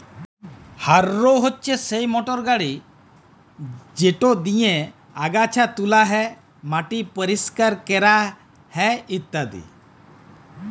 harrow হছে সেই motor গাড়ি যেট দিঁয়ে আগাছা তুলা হ্যয়, মাটি পরিষ্কার ক্যরা হ্যয় ইত্যাদি